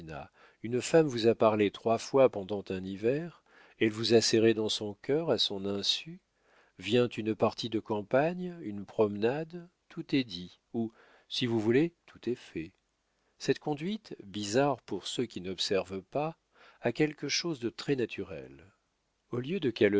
une femme vous a parlé trois fois pendant un hiver elle vous a serré dans son cœur à son insu vient une partie de campagne une promenade tout est dit ou si vous voulez tout est fait cette conduite bizarre pour ceux qui n'observent pas a quelque chose de très-naturel au lieu de